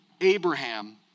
Abraham